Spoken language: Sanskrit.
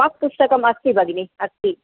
वाक् पुस्तकमस्ति भगिनि अस्ति